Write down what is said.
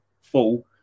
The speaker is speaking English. full